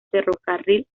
ferrocarril